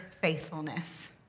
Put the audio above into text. faithfulness